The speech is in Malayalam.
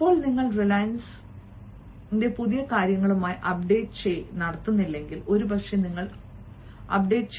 ഇപ്പോൾ നിങ്ങൾ റിലയൻസ് ചെയ്ത പുതിയ കാര്യങ്ങളുമായി അപ്ഡേറ്റ് നടത്തുന്നില്ലെങ്കിൽ ഒരുപക്ഷേ നിങ്ങൾ അപ്ഡേറ്റ് ചെയ്യപ്പെടില്ല